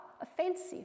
offensive